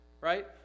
right